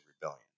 rebellion